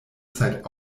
zeit